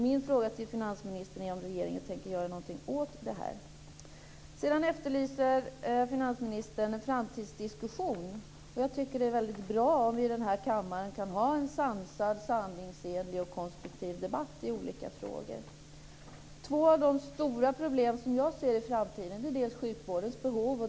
Min fråga till finansministern är om regeringen tänker göra någonting åt det här. Sedan efterlyser finansministern en framtidsdiskussion. Jag tycker att det är väldigt bra om vi i den här kammaren kan ha en sansad, sanningsenlig och konstruktiv debatt i olika frågor. Ett av de stora problem jag ser i framtiden är sjukvårdens behov.